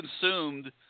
consumed